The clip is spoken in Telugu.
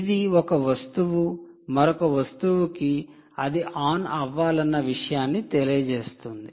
ఇది ఒక వస్తువు మరొక వస్తువుకి అది ఆన్ అవ్వాలన్న విషయాన్ని తెలియజేస్తుంది